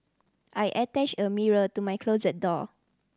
I attached a mirror to my closet door